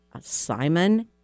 Simon